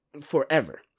forever